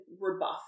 rebuff